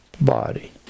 body